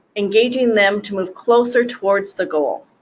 engaging them to move closer towards the goal.